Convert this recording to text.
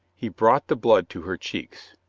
he brought the blood to her cheeks.